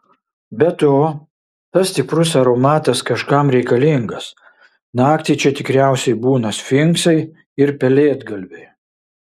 be to tas stiprus aromatas kažkam reikalingas naktį čia tikriausiai būna sfinksai ir pelėdgalviai